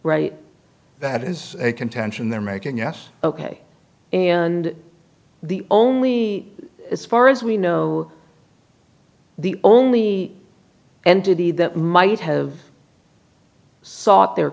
right that is a contention they're making yes ok and the only as far as we know the only entity that might have sought their